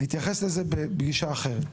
נתייחס לזה בפגישה אחרת.